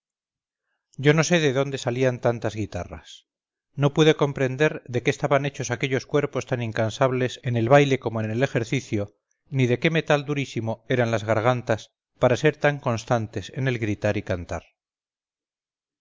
yo no sé de dónde salían tantas guitarras no pude comprender de qué estaban hechos aquellos cuerpos tan incansables en el baile como en el ejercicio ni de qué metal durísimo eran las gargantas para ser tan constantes en el gritar y cantar